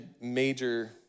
major